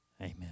Amen